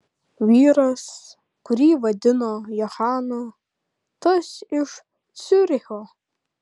vyras kurį vadino johanu tas iš ciuricho